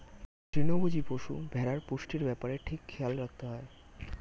তৃণভোজী পশু, ভেড়ার পুষ্টির ব্যাপারে ঠিক খেয়াল রাখতে হয়